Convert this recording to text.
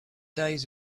days